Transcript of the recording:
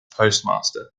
postmaster